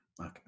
okay